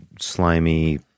slimy